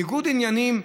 ניגוד עניינים,